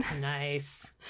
nice